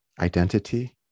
identity